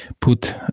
put